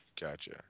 Gotcha